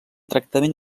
tractament